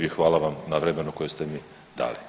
I hvala vam na vremenu koje ste mi dali.